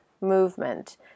movement